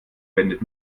wendet